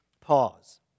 Pause